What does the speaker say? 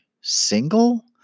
single